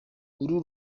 uru